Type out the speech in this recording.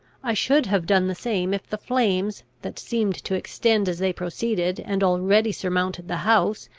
i should have done the same if the flames that seemed to extend as they proceeded, and already surmounted the house,